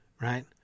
Right